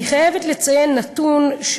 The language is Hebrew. אני חייבת לציין נתון.